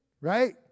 right